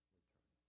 return